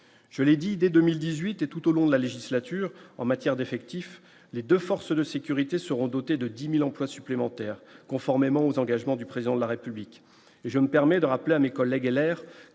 je l'ai dit, dès 2018 et tout au long de la législature en matière d'effectifs, les 2 forces de sécurité seront dotés de 10000 emplois supplémentaires, conformément aux engagements du président de la République et je me permets de rappeler à mes collègues,